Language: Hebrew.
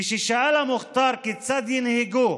כששאל המוח'תאר כיצד ינהגו